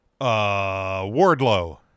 wardlow